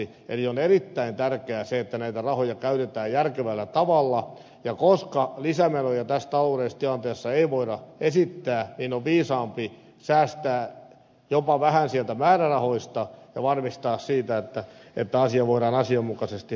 eli on erittäin tärkeää se että näitä rahoja käytetään järkevällä tavalla ja koska lisämenoja tässä taloudellisessa tilanteessa ei voida esittää niin on viisaampi säästää jopa vähän sieltä määrärahoista ja varmistaa että asia voidaan asianmukaisesti hoitaa